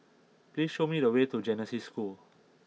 please show me the way to Genesis School